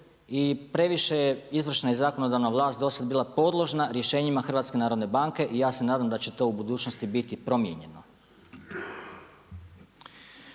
I previše je izvršna i zakonodavna vlast dosad bila podložna rješenjima HNB-a i ja se nadam da će to u budućnosti biti promijenjeno.